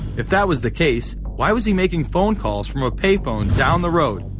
if that was the case, why was he making phone calls from a payphone down the road,